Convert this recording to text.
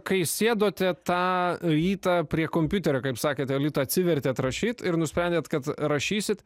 kai sėdote tą rytą prie kompiuterio kaip sakėte jolita atsivertėt atrašyt ir nusprendėt kad rašysit